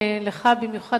לך במיוחד,